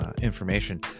Information